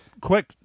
quick